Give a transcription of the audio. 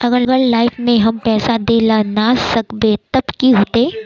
अगर लाइफ में हम पैसा दे ला ना सकबे तब की होते?